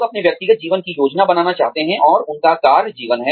लोग अपने व्यक्तिगत जीवन की योजना बनाना चाहते हैं और उनका कार्य जीवन है